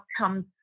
outcomes